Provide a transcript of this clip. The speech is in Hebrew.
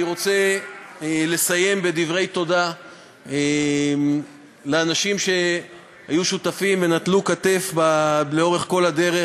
אני רוצה לסיים בדברי תודה לאנשים שהיו שותפים ונתנו כתף לאורך כל הדרך.